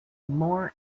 more